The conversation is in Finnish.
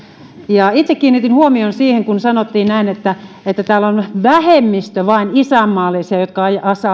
itse kiinnitin huomiota siihen kun sanottiin että täällä on vain vähemmistö isänmaallisia jotka